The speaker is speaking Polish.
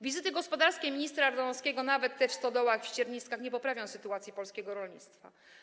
Wizyty gospodarskie ministra Ardanowskiego, nawet te w stodołach, na ścierniskach, nie poprawią sytuacji polskiego rolnictwa.